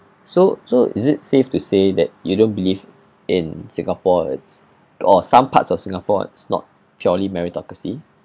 so so is it safe to say that you don't believe in singapore it's or some parts of singapore is not purely meritocracy